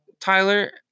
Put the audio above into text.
Tyler